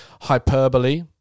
hyperbole